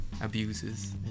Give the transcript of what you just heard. abuses